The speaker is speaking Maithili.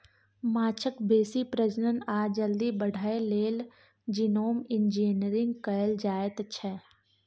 माछक बेसी प्रजनन आ जल्दी बढ़य लेल जीनोम इंजिनियरिंग कएल जाएत छै